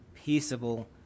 peaceable